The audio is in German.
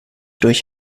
durch